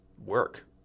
work